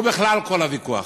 ובכלל כל הוויכוח: